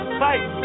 fight